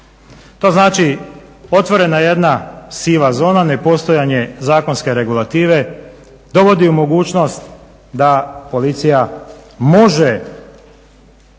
To znači otvorena jedna siva zona, nepostojanje zakonske regulative dovodi u mogućnost da policija može